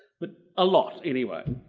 but a lot anyway.